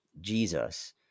Jesus